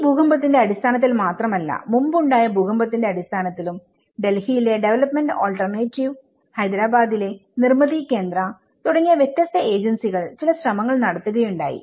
ഈ ഭൂകമ്പത്തിന്റെ അടിസ്ഥാനത്തിൽ മാത്രമല്ല മുമ്പ് ഉണ്ടായ ഭൂകമ്പങ്ങളുടെ അടിസ്ഥാനത്തിലും ഡൽഹി യിലെ ഡെവലപ്പ്മെന്റ് ആൾടർനേറ്റീവ്സ് ഹൈദ്രബാദിലെ നിർമിതി കേന്ദ്ര തുടങ്ങിയ വ്യത്യസ്ത ഏജെൻസികൾ ചില ശ്രമങ്ങൾ നടത്തുകയുണ്ടായി